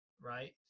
right